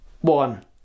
One